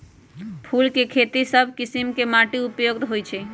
फूल के खेती सभ किशिम के माटी उपयुक्त होइ छइ